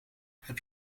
heb